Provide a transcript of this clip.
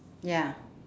ya